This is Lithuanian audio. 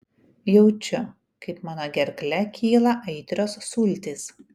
jaučiu kaip mano gerkle kyla aitrios sultys